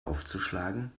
aufzuschlagen